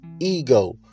Ego